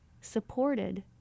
supported